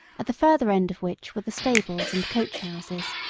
at the further end of which were the stables and coachhouses.